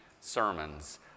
sermons